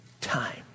time